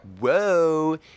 whoa